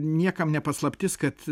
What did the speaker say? niekam ne paslaptis kad